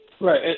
Right